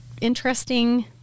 Interesting